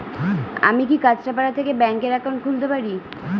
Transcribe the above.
আমি কি কাছরাপাড়া থেকে ব্যাংকের একাউন্ট খুলতে পারি?